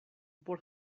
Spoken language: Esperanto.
por